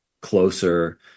closer